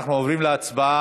אנחנו עוברים להצבעה.